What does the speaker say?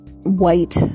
white